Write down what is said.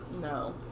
No